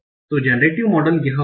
तो generative model यह होगा